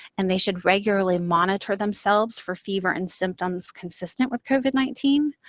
and they should regularly monitor themselves for fever and symptoms consistent with covid nineteen.